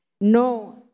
No